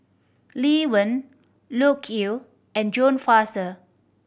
Lee Wen Loke Yew and John Fraser